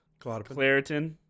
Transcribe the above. Claritin